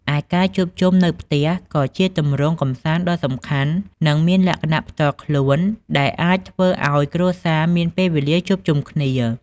ឯការជួបជុំនៅផ្ទះ ក៏ជាទម្រង់កម្សាន្តដ៏សំខាន់ និងមានលក្ខណៈផ្ទាល់ខ្លួន ដែលអាចធ្វើអោយគ្រួសារមានពេលវេលាជួបជុំគ្នា។